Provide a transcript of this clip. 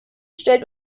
stellt